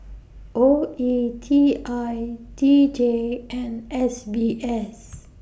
O E T I D J and S B S